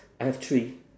I have three